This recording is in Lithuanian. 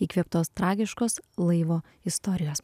įkvėptos tragiškos laivo istorijos